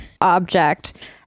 object